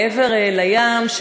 מעבר לים,